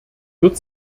wird